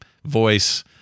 voice